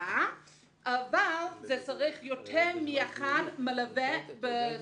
הסעה אבל צריך יותר ממלווה אחד ברכב.